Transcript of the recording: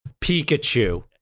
Pikachu